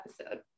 episode